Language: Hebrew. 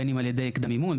בין אם על ידי קדם מימון,